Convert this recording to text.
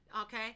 okay